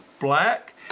black